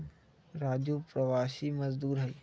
राजू प्रवासी मजदूर हई